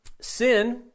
sin